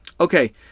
Okay